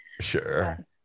Sure